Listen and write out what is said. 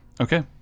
okay